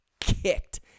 kicked